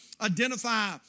identify